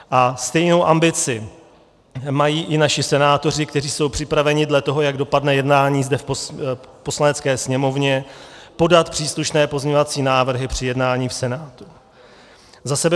A stejnou ambici mají i naši senátoři, kteří jsou připraveni dle toho, jak dopadne jednání zde v Poslanecké sněmovně, podat příslušné pozměňovací návrhy při jednání v Senátu.